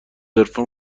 عرفان